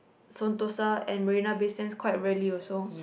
Sentosa and marina-bay-sands quite rarely also